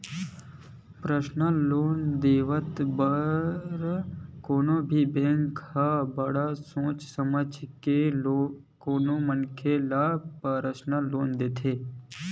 personal loan देवत बेरा कोनो भी बेंक ह बड़ सोच समझ के कोनो मनखे ल परसनल लोन देथे